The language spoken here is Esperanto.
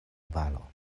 balo